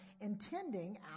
intending